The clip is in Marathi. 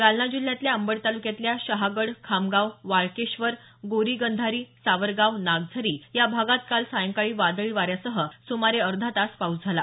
जालना जिल्ह्यातल्या अंबड ताल्क्यातल्या शहागड खामगाव वाळकेश्वर गोरी गंधारी सावरगाव नागझरी या भागात काल सायंकाळी वादळी वाऱ्यासह सुमारे अर्धातास पाऊस झाला